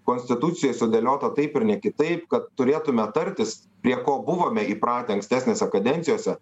konstitucijoj sudėliota taip ir ne kitaip kad turėtume tartis prie ko buvome įpratę ankstesnėse kadencijose